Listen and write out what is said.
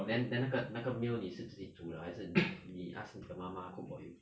then then 那个那个 meal 你是自己煮的还是你 ask 你的妈妈 cook for you